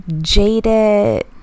jaded